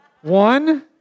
one